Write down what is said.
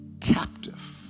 captive